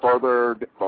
further